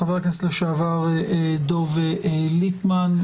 חבר הכנסת לשעבר דב ליפמן.